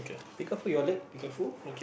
be careful your leg be careful